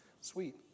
sweet